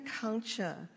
culture